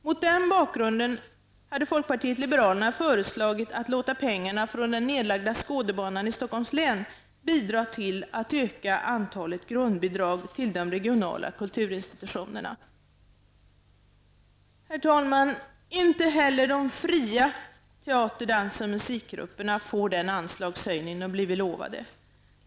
Mot den bakgrunden har folkpartiet liberalerna föreslagit att man skall låta pengarna från den nedlagda Skådebanan i Stockholms län bidra till att öka antalet grundbidrag till de regionala kulturinstitutionerna. Herr talman! Inte heller de fria teater-, dans och musikgrupperna får den anslagshöjning de blivit lovade.